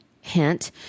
hint